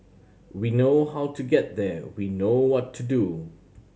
we know how to get there we know what to do